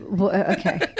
Okay